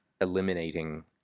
eliminating